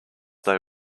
they